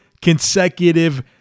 consecutive